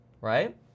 right